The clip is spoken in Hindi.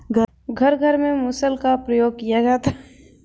घर घर में मुसल का प्रयोग किया जाता है